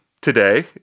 today